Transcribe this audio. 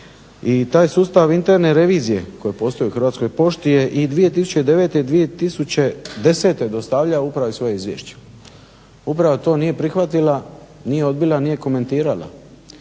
I taj sustav interne revizije koji postoji u Hrvatskoj pošti je i 2009.i 2010.dostavljao upravi svoja izvješća. Uprava to nije prihvatila, nije odbila nije komentirala.